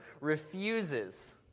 refuses